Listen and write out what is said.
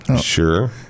Sure